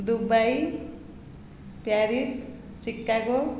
Dubai Paris Chicago